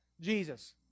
Jesus